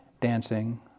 dancing